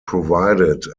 provided